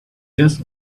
just